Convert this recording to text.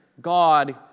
God